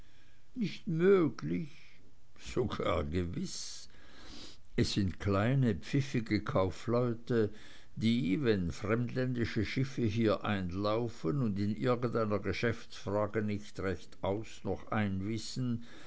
nicht möglich sogar gewiß es sind kleine pfiffige kaufleute die wenn fremdländische schiffe hier einlaufen und in irgendeiner geschäftsfrage nicht recht aus noch ein wissen